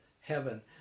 heaven